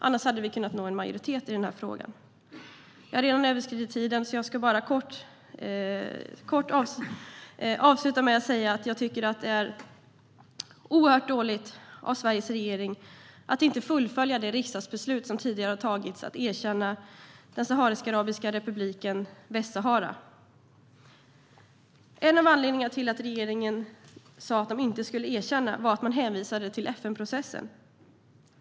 Annars hade vi kunnat nå en majoritet i denna fråga. Jag har redan överskridit min talartid, så jag ska bara kort avsluta genom att säga att jag tycker att det är oerhört dåligt av Sveriges regering att inte fullfölja det riksdagsbeslut som tidigare tagits om att erkänna den saharisk-arabiska republiken Västsahara. Som ett av skälen till att inte erkänna republiken hänvisade regeringen till FN-processen.